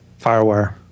Firewire